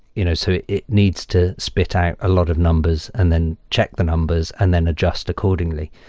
you know so it needs to spit out a lot of numbers and then check the numbers and then adjust accordingly.